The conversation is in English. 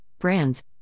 brands